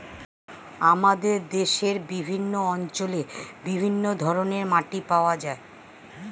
আমাদের দেশের বিভিন্ন অঞ্চলে বিভিন্ন ধরনের মাটি পাওয়া যায়